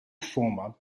former